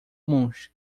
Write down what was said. monge